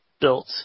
built